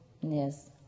Yes